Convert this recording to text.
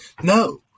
no